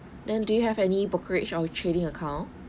then do you have any brokerage or trading account